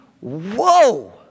Whoa